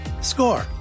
Score